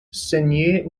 ceignait